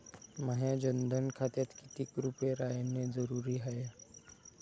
माह्या जनधन खात्यात कितीक रूपे रायने जरुरी हाय?